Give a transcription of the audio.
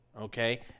okay